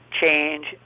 change